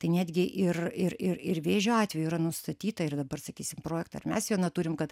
tai netgi ir ir ir ir vėžio atveju yra nustatyta ir dabar sakysim projektą ir mes vieną turim kad